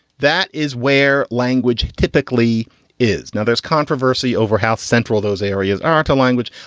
that is where language typically is. now, there's controversy over how central those areas are to language.